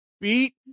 beat